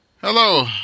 Hello